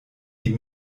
die